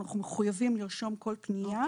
אנחנו מחויבים לרשום כל פנייה.